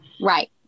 Right